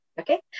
Okay